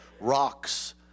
rocks